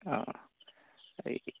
অ